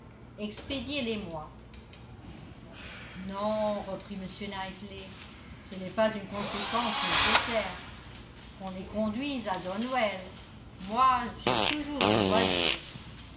expédiez les moi non reprit m knightley ce n'est pas une conséquence nécessaire qu'on les conduise à donwell moi j'ai toujours du loisir